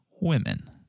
women